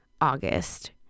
August